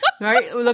Right